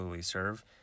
serve